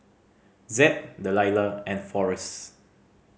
Zed Delila and Forrest